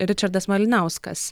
ričardas malinauskas